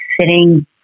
sitting